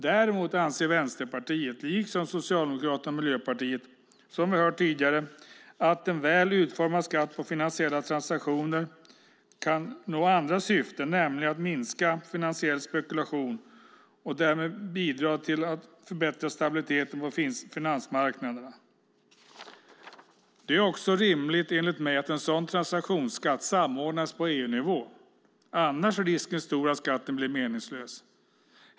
Däremot anser Vänsterpartiet, liksom Socialdemokraterna och Miljöpartiet som vi har hört tidigare, att en väl utformad skatt på finansiella transaktioner kan nå andra syften, nämligen att minska finansiell spekulation och därmed bidra till att förbättra stabiliteten på finansmarknaderna. Enligt mig är det också rimligt att en sådan transaktionsskatt samordnas på EU-nivå, annars är risken stor att skatten blir meningslös.